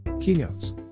Keynotes